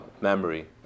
memory